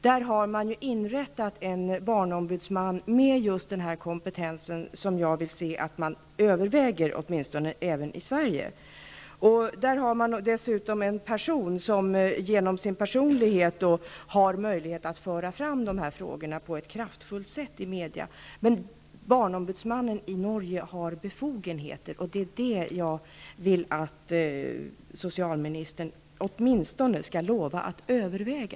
Där har man ju inrättat en barnombudsman med just den kompetens som jag vill se att man åtminstone överväger även i Sverige. Där har man dessutom en person som genom sin personlighet har möjlighet att i media föra fram de här frågorna på ett kraftfullt sätt. Barnombudsmannen i Norge har befogenheter, och det är det jag vill att socialministern åtminstone skall lova att överväga.